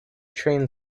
train